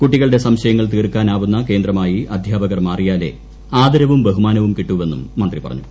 കുട്ടികളുടെ സംശയങ്ങൾ തീർക്കാനാവുന്ന കേന്ദ്രമായി അധ്യാപകർ മാറിയാലേ ആദരവും ബഹുമാനവും കിട്ടൂവെന്നും മന്ത്രി പറഞ്ഞു